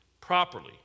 properly